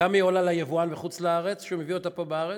כמה היא עולה ליבואן שמביא אותה לארץ?